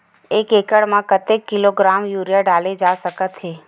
एक एकड़ म कतेक किलोग्राम यूरिया डाले जा सकत हे?